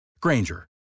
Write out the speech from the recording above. Granger